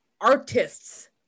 artists